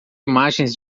imagens